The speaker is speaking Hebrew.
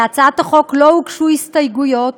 להצעת החוק לא הוגשו הסתייגויות,